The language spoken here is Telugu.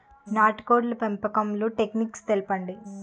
నాటుకోడ్ల పెంపకంలో టెక్నిక్స్ తెలుపండి?